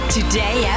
Today